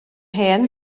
hen